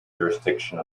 jurisdiction